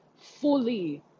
fully